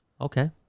Okay